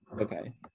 Okay